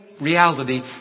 Reality